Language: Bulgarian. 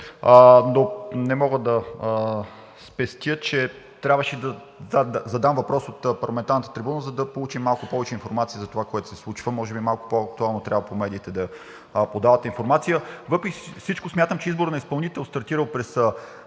не мога да спестя, че трябваше да задам въпрос от парламентарната трибуна, за да получим малко повече информация за това, което се случва, може би малко по-актуално трябва по медиите да подавате информация. Въпреки всичко смятам, че изборът на изпълнител, стартирал през